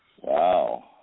Wow